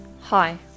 Hi